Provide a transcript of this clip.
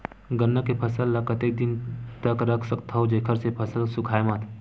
गन्ना के फसल ल कतेक दिन तक रख सकथव जेखर से फसल सूखाय मत?